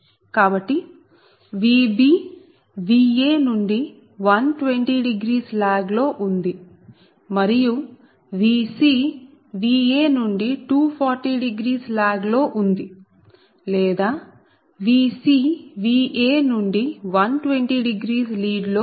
కాబట్టి Vb Va నుండి 1200 lag లో ఉంది మరియు Vc Va నుండి 2400 లాగ్ లో ఉంది లేదా Vc Va నుండి 120 లీడ్ లో ఉంది